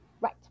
right